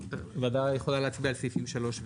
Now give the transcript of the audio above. הוועדה יכולה להצביע על סעיפים 3 ו-4.